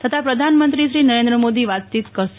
તથા પ્રધાનમંત્રી નરેન્દ્ર મોદી વાતચીત કરશે